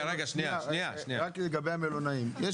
רק לגבי המלונאים.